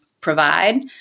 provide